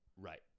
Right